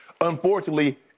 Unfortunately